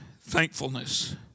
thankfulness